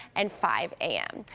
and five a m.